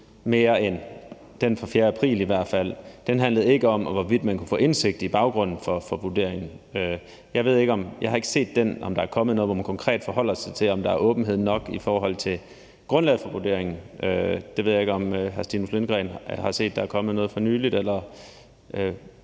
mere end den fra den 4. april. Den handlede ikke om, hvorvidt man kunne få indsigt i baggrunden for vurderingen. Jeg har ikke set, om der er kommet noget, hvor man konkret forholder sig til, om der er åbenhed nok i forhold til grundlaget for vurderingen. Jeg ved ikke, om hr. Stinus Lindgreen har set, om der er kommet noget for nylig. Den